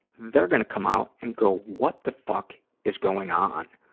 their gonna come out and go, what the fuck is going on?